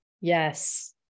yes